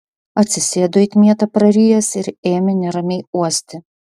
atsisėdo it mietą prarijęs ir ėmė neramiai uosti